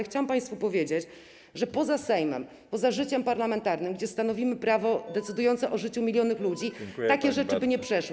Chciałam państwu powiedzieć, że poza Sejmem, poza życiem parlamentarnym, gdzie stanowimy prawo decydujące o życiu milionów ludzi, takie rzeczy by nie przeszły.